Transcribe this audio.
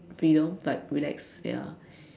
freedom like relaxed ya